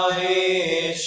a